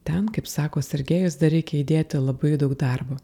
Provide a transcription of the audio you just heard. ten kaip sako sergejus dar reikia įdėti labai daug darbo